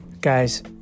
Guys